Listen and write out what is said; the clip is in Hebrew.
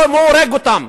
לא אם הוא הורג אותם.